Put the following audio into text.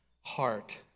heart